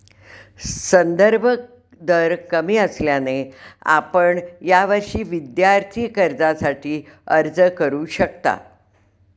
संदर्भ दर कमी असल्याने आपण यावर्षी विद्यार्थी कर्जासाठी अर्ज करू शकता